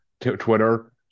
Twitter